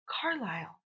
Carlisle